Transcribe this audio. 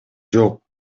жок